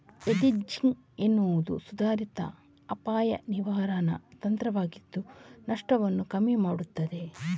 hedging ಎನ್ನುವುದು ಸುಧಾರಿತ ಅಪಾಯ ನಿರ್ವಹಣಾ ತಂತ್ರವಾಗಿದ್ದು ನಷ್ಟವನ್ನ ಕಮ್ಮಿ ಮಾಡ್ತದೆ